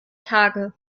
tage